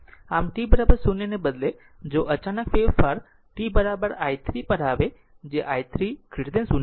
આમ t 0 ને બદલે જો અચાનક ફેરફાર t i 3 પર આવે છે જે i 3 0 છે